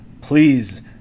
Please